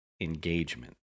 engagement